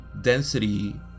density